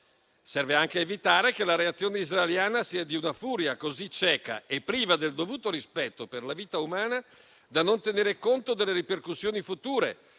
Serve anche evitare che la reazione israeliana sia di una furia così cieca e priva del dovuto rispetto per la vita umana da non tenere conto delle ripercussioni future.